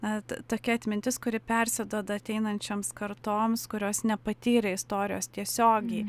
na ta tokia atmintis kuri persiduoda ateinančioms kartoms kurios nepatyrė istorijos tiesiogiai